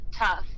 tough